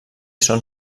són